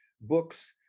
books